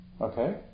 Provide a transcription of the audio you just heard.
Okay